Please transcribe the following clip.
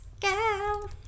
go